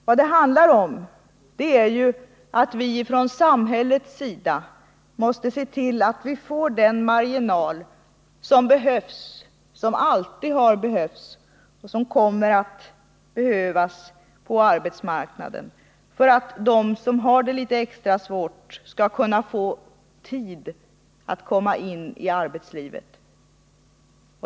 Vad det handlar om är ju att vi från samhällets sida måste se till att vi får den marginal som behövs, som alltid har behövts och som kommer att behövas på arbetsmarknaden för att de som har det litet extra svårt skall kunna få tid att komma in i arbetslivet.